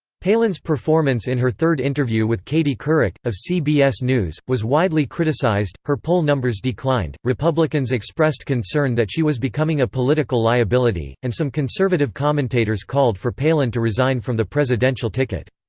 palin's performance in her third interview with katie couric, of cbs news, was widely criticized her poll numbers declined, republicans expressed concern that she was becoming a political liability, and some conservative commentators called for palin to resign from the presidential ticket.